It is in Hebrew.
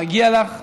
מגיע לך.